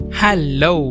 Hello